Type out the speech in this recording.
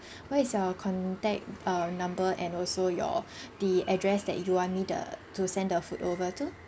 what is your contact uh number and also your the address that you want me the to send the food over to